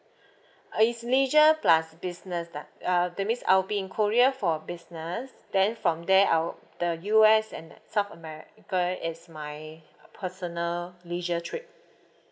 it's leisure plus business lah uh that means I'll be in korea for business then from there I will the U_S and south america is my personal leisure trip